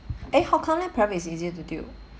eh how come leh private is easier to deal